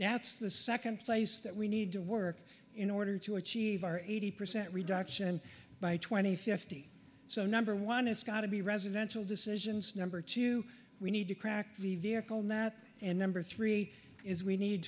that's the second place that we need to work in order to achieve our eighty percent reduction by twenty fifty so number one it's got to be residential decisions number two we need to crack the vehicle nat and number three is we need